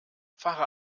fahre